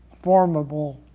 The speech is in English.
formable